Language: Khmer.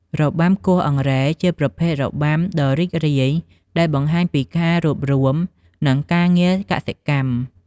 របាំគោះអង្រែជាប្រភេទរបាំដ៏រីករាយ ដែលបង្ហាញពីការរួបរួម និងការងារកសិកម្ម។